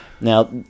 now